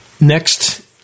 Next